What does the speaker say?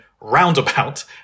roundabout